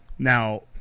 Now